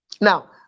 Now